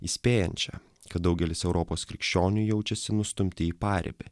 įspėjančią kad daugelis europos krikščionių jaučiasi nustumti į paribį